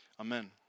amen